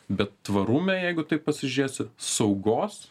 bet tvarume jeigu taip pasižiūrėsi saugos